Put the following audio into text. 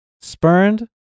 Spurned